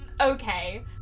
Okay